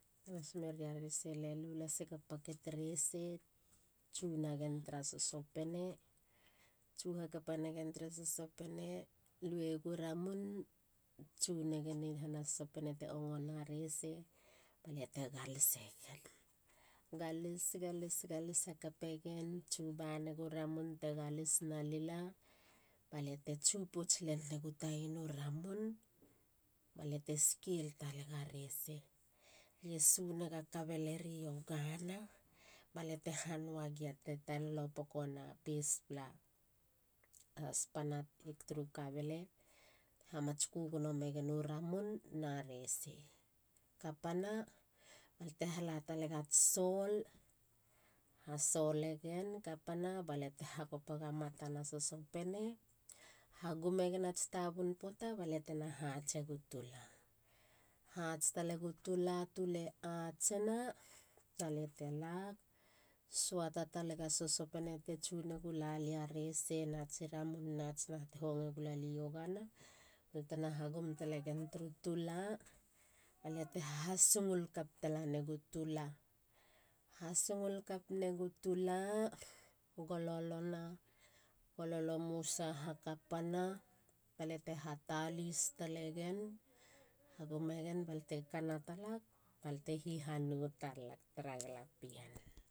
Te nas meria rese. le lulasega packet rese. tsu nagen tara sosopene. tsu hakappa negen tara sosopene. lueiegu ramun. tsunegen i ahana sosopene te ongona rese. baliate galisegen. galis. galis. galis hakapegen. tsuba negu ramun te galis nalila baliate tsu pouts len negu tainu ramun. baliate skel talega rese. lie sunega kabeleri iogana. baliate hanuagia te talolo pokona pespla spana turu kabele. hamatsku gono megenu ramun na rese. kapana. balte hala talegats sol. ha solegen. kapana balliate hakopega matana sosopene. hagumegen ats tabun poata balia tena hatsegu tula. Hats talegu tula. tule atsina. baliate lag. suata talega sosopene te tsunagulalia rese natsi ramun nats naha te honge gulalia iogana. baltena hagum talegan turu tula. baliate ha talis talegen. hagumegen balte kana talag. balte hihanou talag tara galapien